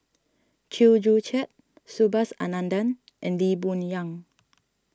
Chew Joo Chiat Subhas Anandan and Lee Boon Yang